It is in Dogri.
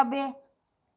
खब्बै